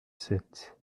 sept